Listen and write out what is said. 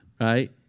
right